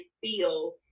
feel